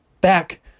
back